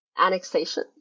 annexation